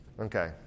Okay